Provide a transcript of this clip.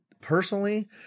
personally